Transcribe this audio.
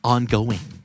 Ongoing